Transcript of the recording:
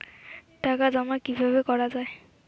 টাকা জমা কিভাবে করা য়ায়?